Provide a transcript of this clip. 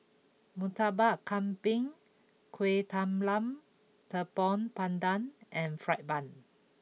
Murtabak Kambing Kuih Talam Tepong Pandan and Fried Bun